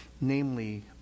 Namely